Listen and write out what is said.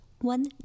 One